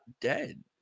dead